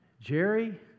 Jerry